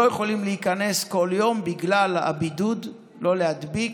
לא יכולים להיכנס כל יום בגלל הבידוד כדי לא להדביק,